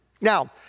Now